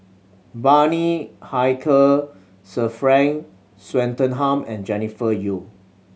Bani Haykal Sir Frank Swettenham and Jennifer Yeo